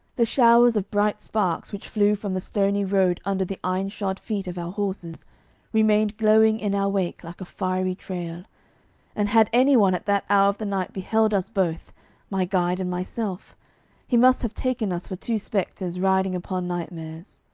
the showers of bright sparks which flew from the stony road under the ironshod feet of our horses remained glowing in our wake like a fiery trail and had any one at that hour of the night beheld us both my guide and myself he must have taken us for two spectres riding upon nightmares.